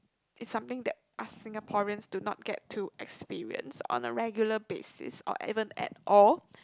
it's something that us Singaporeans do not get to experience on a regular basis or even at all